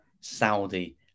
Saudi